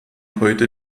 heute